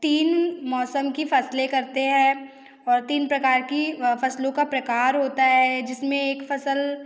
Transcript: तीन मौसम की फ़सलें करते हैं और तीन प्रकार की फ़सलों का प्रकार होता है जिस में एक फ़सल